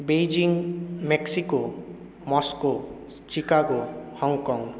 Beijing Mexico Moscow Chicago Hong Kong